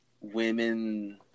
women